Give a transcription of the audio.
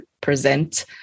present